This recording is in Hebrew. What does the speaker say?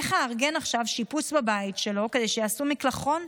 איך אארגן עכשיו שיפוץ בבית שלו כדי שיעשו מקלחון?